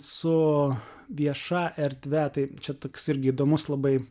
su vieša erdve tai čia toks irgi įdomus labai